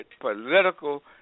political